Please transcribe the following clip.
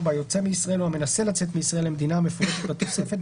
היוצא מישראל או המנסה לצאת מישראל למדינה המפורטת בתוספת,